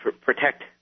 protect